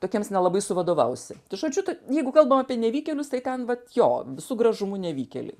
tokiems nelabai su vadovausi tai žodžiu jeigu kalbam apie nevykėlius tai ten vat jo visu gražumu nevykėliai